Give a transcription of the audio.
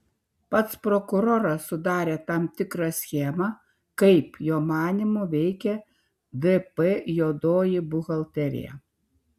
pats prokuroras sudarė tam tikrą schemą kaip jo manymu veikė dp juodoji buhalterija